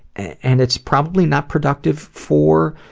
and it's probably not productive for